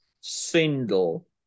single